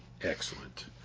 Excellent